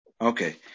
Okay